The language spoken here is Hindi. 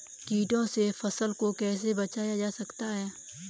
कीटों से फसल को कैसे बचाया जा सकता है?